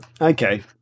Okay